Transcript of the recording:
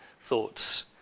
thoughts